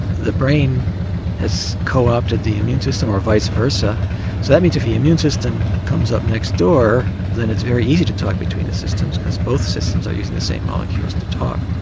the brain has coopted the immune system, or visa versa, so that means if the immune system comes up next door then it's very easy to talk between the systems because both systems are using the same molecules to talk.